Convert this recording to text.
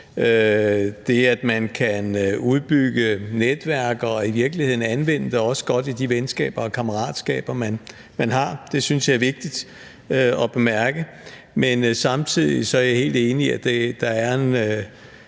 det, at man kan udbygge netværk og i virkeligheden også anvende det godt i de venskaber og kammeratskaber, man har. Det synes jeg er vigtigt at bemærke. Men samtidig er jeg helt enig i, at der er